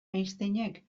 einsteinek